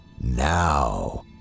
Now